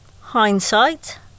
hindsight